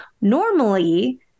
normally